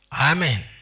Amen